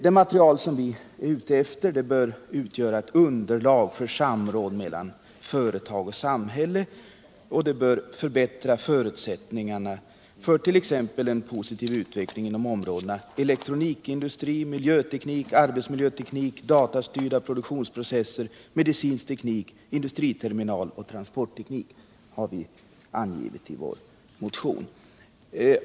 Det material vi är ute efter bör utgöra ett underlag för samråd mellan företag och samhälle, och det bör förbättra förutsättningarna för t.ex. en positiv utveckling inom områdena elektroindustri, miljöteknik, arbetsmiljöteknik, datastyrda produktionsprocesser, medicinsk teknik, industrimineral och transportteknik. Det är vad vi angivit i vår motion.